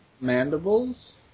mandibles